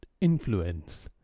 influence